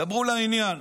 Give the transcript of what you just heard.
דברו לעניין.